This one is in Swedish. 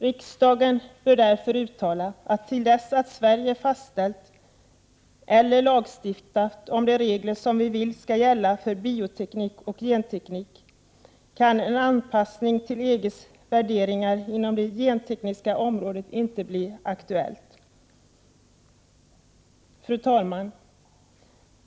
Riksdagen bör därför uttala att till dess att Sverige fastställt eller lagstiftat om de regler som vi vill skall gälla för bioteknik och genteknik, kan en anpassning till EG:s värderingar inom det gentekniska området inte bli aktuellt. Fru talman!